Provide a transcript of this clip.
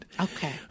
Okay